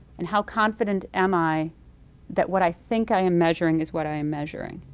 and how confident am i that what i think i am measuring is what i am measuring?